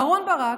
אהרן ברק,